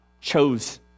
chose